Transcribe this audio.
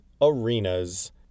Arenas